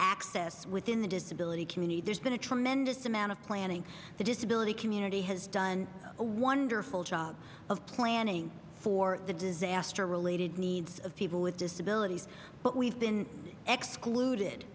access within the disability community there's been a tremendous amount of planning the disability community has done a wonderful job of planning for the disaster related needs of people with disabilities but we've been ex clued